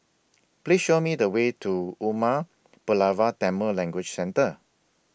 Please Show Me The Way to Umar Pulavar Tamil Language Centre